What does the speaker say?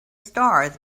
stars